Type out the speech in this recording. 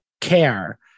care